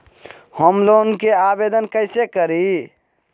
Home loan के आवेदन कैसे करि?